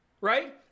right